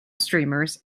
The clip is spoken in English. streamers